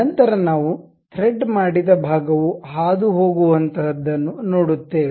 ನಂತರ ನಾವು ಥ್ರೆಡ್ ಮಾಡಿದ ಭಾಗವು ಹಾದುಹೋಗುವಂತಹದನ್ನು ನೋಡುತ್ತೇವೆ